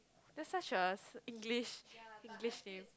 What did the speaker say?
that's such a English English name